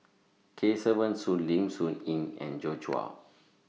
Kesavan Soon Lim Soo Ngee and Joi Chua